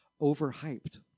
overhyped